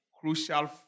crucial